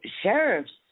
sheriffs